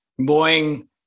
Boeing